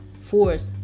force